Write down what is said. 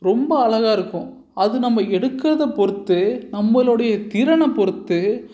ரொம்ப அழகாக இருக்கும் அது நம்ம எடுக்கிறத பொறுத்து நம்மளுடைய திறனை பொறுத்து